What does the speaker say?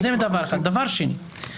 דבר שני.